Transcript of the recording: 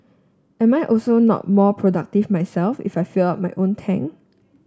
am I also not more productive myself if I filled up my own tank